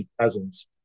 cousins